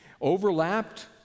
overlapped